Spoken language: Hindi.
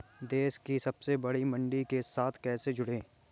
देश की सबसे बड़ी मंडी के साथ कैसे जुड़ें?